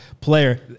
player